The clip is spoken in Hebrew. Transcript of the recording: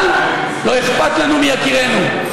לא אכפת לנו מיקירינו.